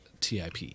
TIP